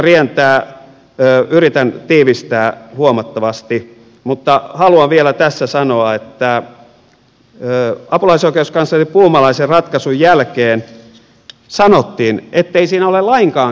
aika rientää yritän tiivistää huomattavasti mutta haluan vielä tässä sanoa että apulaisoikeuskansleri puumalaisen ratkaisun jälkeen sanottiin ettei siinä ole lainkaan kyse suvivirrestä